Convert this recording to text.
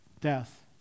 death